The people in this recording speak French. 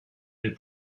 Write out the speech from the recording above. des